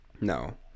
No